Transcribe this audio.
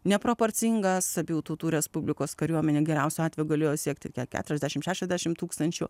neproporcingas abiejų tautų respublikos kariuomenė geriausiu atveju galėjo siekti keturiasdešimt šešiasdešimt tūkstančių